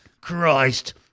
Christ